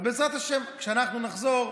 אבל בעזרת השם, כשאנחנו נחזור,